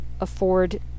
afford